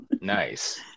nice